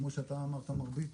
כמו שאתה אמרת מר ביטון,